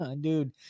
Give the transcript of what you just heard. Dude